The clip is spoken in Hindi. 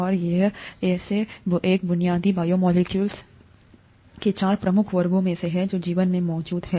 और यहसे एक बुनियादी बायोमोलेक्यूल्स के चार प्रमुख वर्गों मेंहै जो जीवन में मौजूद हैं